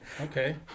Okay